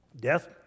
Death